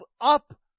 up